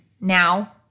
now